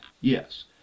Yes